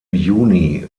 juni